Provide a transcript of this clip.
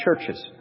churches